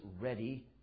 ready